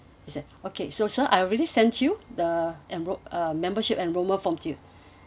is that okay so sir I already sent you the enrol~ uh membership enrolment form to you